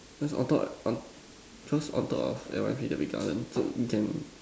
cause on top what first on top of N_Y_P there will be garden so you can